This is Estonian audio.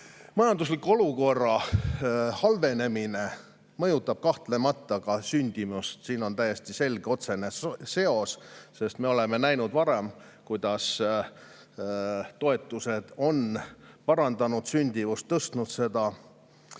Majandusliku olukorra halvenemine mõjutab kahtlemata ka sündimust. Siin on selge otsene seos, sest me oleme varem näinud, kuidas toetused on parandanud sündimust, seda